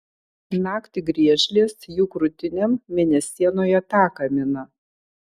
naktį griežlės jų krūtinėm mėnesienoje taką mina